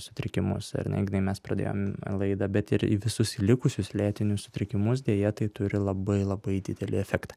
sutrikimus ar ne ignai mes pradėjom laidą bet ir į visus likusius lėtinius sutrikimus deja tai turi labai labai didelį efektą